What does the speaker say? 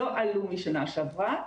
לא עלו משנה שעברה.